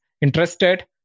Interested